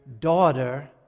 daughter